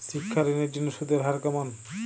শিক্ষা ঋণ এর জন্য সুদের হার কেমন?